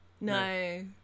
No